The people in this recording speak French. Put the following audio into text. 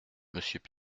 monsieur